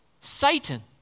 Satan